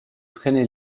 traîner